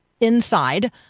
inside